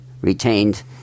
retained